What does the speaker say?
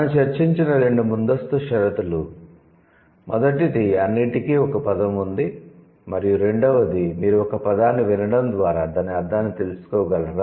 మనం చర్చించిన రెండు ముందస్తు షరతులు మొదటిది అన్నింటికీ ఒక పదం ఉంది మరియు రెండవది మీరు ఒక పదాన్ని వినడం ద్వారా దాని అర్ధాన్ని తెలుసుకోగలరా